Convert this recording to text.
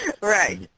Right